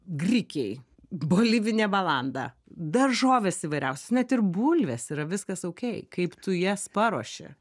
grikiai bolivinė balanda daržovės įvairiausios net ir bulvės yra viskas oukei kaip tu jas paruoši